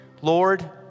Lord